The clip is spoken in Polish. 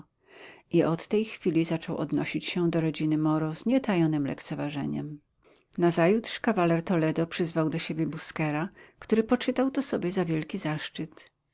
i od tej chwili zaczął odnosić się do rodziny moro z nie tajonym lekceważeniem nazajutrz kawaler toledo przyzwał do siebie busquera który poczytał to sobie za wielki zaszczyt